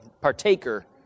partaker